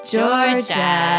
georgia